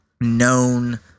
known